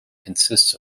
consists